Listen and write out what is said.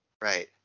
Right